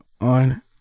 on